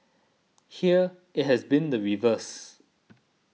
here it has been the reverse